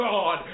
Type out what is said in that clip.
God